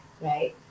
right